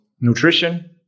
nutrition